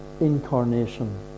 incarnation